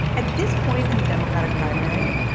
at this point in the democratic primary,